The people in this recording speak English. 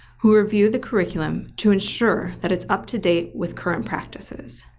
who review the curriculum to ensure that it's up to date with current practices,